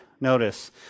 Notice